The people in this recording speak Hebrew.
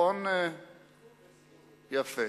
עיכוב בכוח.